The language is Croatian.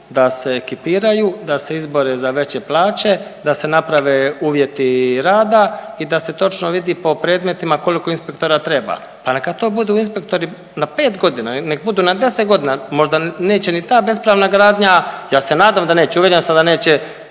da se ekipiraju, da se izbore za veće plaće, da se naprave uvjeti rada i da se točno vidi po predmetima koliko inspektora treba. Pa neka to budu inspektori na 5 godina ili nek budu na 10 godina, možda neće ni ta bespravna gradnja, ja se nadam da neće, uvjeren sam da neće